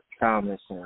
Thomas